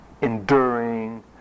enduring